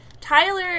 Tyler